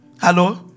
Hello